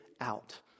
out